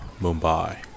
Mumbai